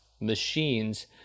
machines